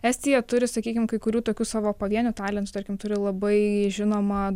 estija turi sakykim kai kurių tokių savo pavienių talentų tarkim turi labai žinomą